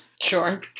sure